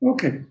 Okay